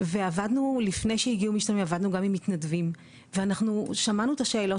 ועבדנו לפני שהגיעו משתלמים עבדנו גם עם מתנדבים ואנחנו שמענו את השאלות